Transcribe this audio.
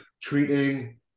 treating